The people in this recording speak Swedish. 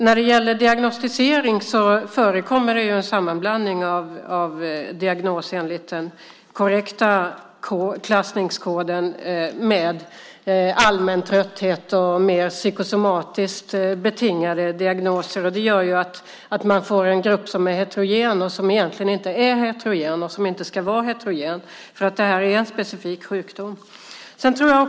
När det gäller diagnostisering förekommer det en sammanblandning av diagnos enligt den korrekta klassningskoden med allmän trötthet och mer psykosomatiskt betingade diagnoser. Det gör att man får en grupp som är heterogen. Gruppen är egentligen inte heterogen och ska inte vara det. Det här är en specifik sjukdom.